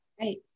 Right